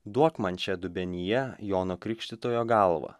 duok man čia dubenyje jono krikštytojo galvą